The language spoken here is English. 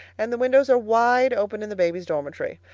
and the windows are wide open in the babies' dormitory.